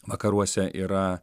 vakaruose yra